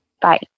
Bye